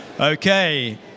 Okay